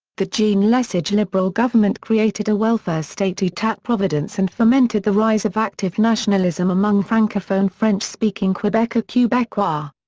the jean lesage liberal government created a welfare state etat-providence and fomented the rise of active nationalism among francophone french-speaking quebecer quebecois.